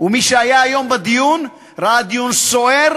ומי שהיה היום בדיון ראה דיון סוער,